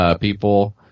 people